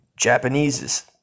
Japanesees